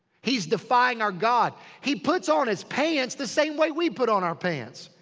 he's defying our god. he puts on his pants the same way we put on our pants.